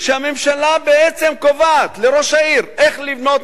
שהממשלה בעצם קובעת לראש העיר איך לבנות,